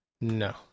no